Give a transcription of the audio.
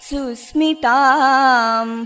Susmitam